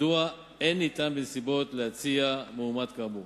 מדוע אין ניתן בנסיבות להציע מועמד כאמור.